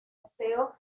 museo